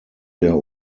der